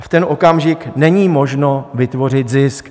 V ten okamžik není možno vytvořit zisk.